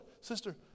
sister